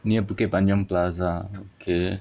near bukit panjang plaza okay